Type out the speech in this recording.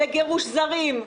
לגירוש זרים.